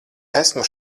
esmu